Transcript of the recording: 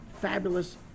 fabulous